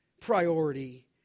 priority